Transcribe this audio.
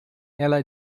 ela